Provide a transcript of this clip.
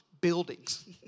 buildings